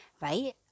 right